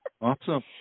Awesome